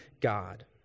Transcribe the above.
God